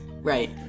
right